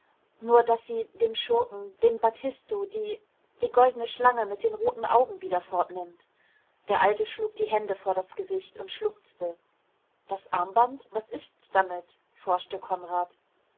nur daß sie dem schurken dem battisto die die goldene schlange mit den roten augen wieder fortnimmt der alte schlug die hände vor das gesicht und schluchzte das armband was ist's damit forschte konrad